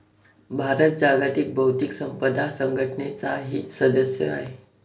भारत जागतिक बौद्धिक संपदा संघटनेचाही सदस्य आहे